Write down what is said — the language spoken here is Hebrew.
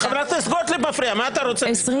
הצבעה לא